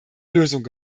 lösung